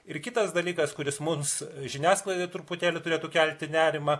ir kitas dalykas kuris mums žiniasklaidai truputėlį turėtų kelti nerimą